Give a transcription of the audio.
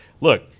Look